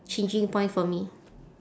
changing point for me